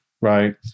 Right